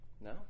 No